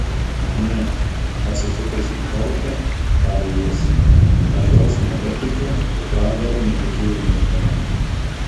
ne atsisukęs į chorchę tarė jis dangaus nebetikiu o pragaro netikėjau niekuomet